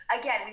again